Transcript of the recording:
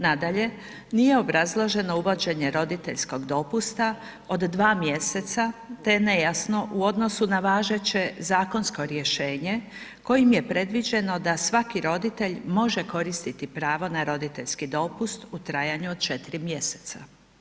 Nadalje, nije obrazloženo uvođenje roditeljskog dopusta od 2 mj. te je nejasno u odnosu na važeće zakonsko rješenje kojim je predviđeno da svaki roditelj može koristiti pravo na roditeljski dopust u trajanju od 4 mjeseca.